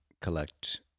collect